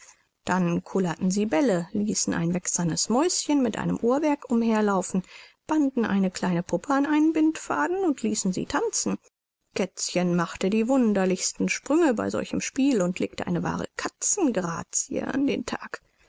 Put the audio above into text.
dann kullerten sie bälle ließen ein wächsernes mäuschen mit einem uhrwerk umher laufen banden eine kleine puppe an einen bindfaden und ließen sie tanzen kätzchen machte die wunderlichsten sprünge bei solchem spiel und legte eine wahre katzengrazie an den tag